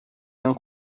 não